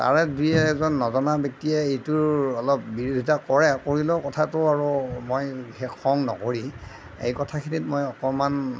তাৰে দুই এজন নজনা ব্যক্তিয়ে এইটোৰ অলপ বিৰোধিতা কৰে কৰিলেও কথাটো আৰু মই বিশেষ খং নকৰি এই কথাখিনিত মই অকণমান